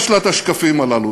יש לה את השקפים הללו,